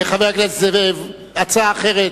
חבר הכנסת זאב, הצעה אחרת.